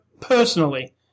personally